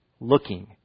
Looking